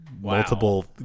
multiple